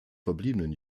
verbliebenen